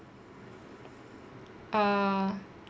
err